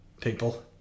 people